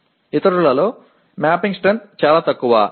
மற்றவற்றில் கோப்பிட்ட வலிமை மிகவும் குறைவாக உள்ளது